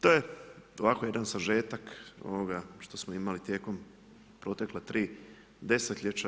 To je ovako jedan sažetke, onoga što smo imali tijekom protekla tri desetljeća.